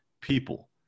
people